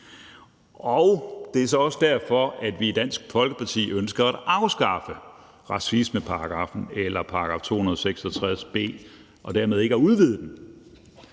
Og det er så også derfor, at vi i Dansk Folkeparti ønsker at afskaffe racismeparagraffen, eller § 266 b, og dermed ikke udvide den,